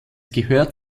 gehört